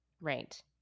right